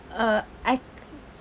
uh I